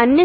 అన్ని